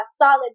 solid